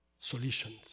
solutions